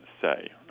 say